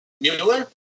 Mueller